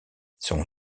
son